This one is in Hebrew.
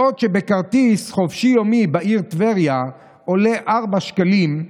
בעוד שכרטיס חופשי יומי בעיר טבריה עולה 4 שקלים,